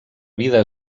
vida